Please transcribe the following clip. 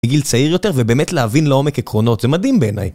בגיל צעיר יותר ובאמת להבין לעומק עקרונות זה מדהים בעיניי